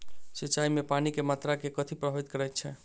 सिंचाई मे पानि केँ मात्रा केँ कथी प्रभावित करैत छै?